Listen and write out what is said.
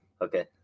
Okay